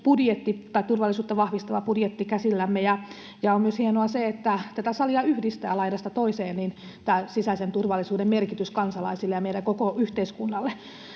turvallisuutta vahvistava budjetti käsillämme. Ja on hienoa myös se, että tätä salia yhdistää laidasta toiseen tämä sisäisen turvallisuuden merkitys kansalaisille ja meidän koko yhteiskunnallemme.